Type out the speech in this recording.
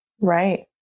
Right